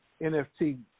NFT